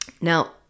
Now